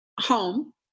home